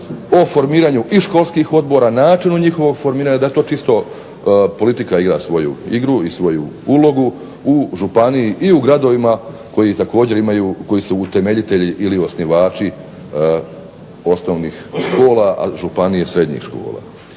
o formiranju školskih odbora, načinu njihovog formiranja, čisto politika igra svoju igru i svoju ulogu u županiji i u gradovima koji također imaju koji su utemeljitelji ili osnivači osnovnih škola a županije srednjih škola.